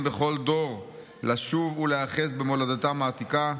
בכל דור לשוב ולהיאחז במולדתם העתיקה,